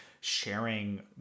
sharing